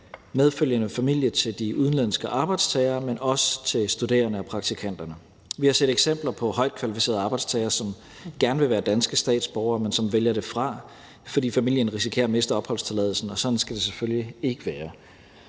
medfølgende familie til de udenlandske arbejdstagere, men også til studerende og praktikanter. Vi har set eksempler på højt kvalificerede arbejdstagere, som gerne vil være danske statsborgere, men som vælger det fra, fordi familien risikerer at miste opholdstilladelsen, og sådan skal det selvfølgelig ikke være.